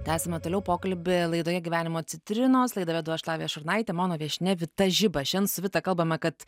tęsiame toliau pokalbį laidoje gyvenimo citrinos laidą vedu aš lavija šurnaitė mano viešnia vita žiba šian su vita kalbame kad